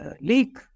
leak